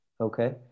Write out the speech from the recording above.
Okay